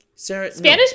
Spanish